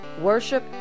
worship